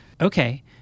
okay